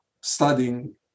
studying